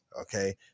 okay